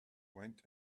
went